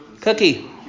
Cookie